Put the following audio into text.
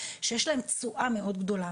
שיהיה להם תשואה מאוד גדולה.